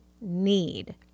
need